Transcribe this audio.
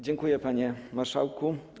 Dziękuję, panie marszałku.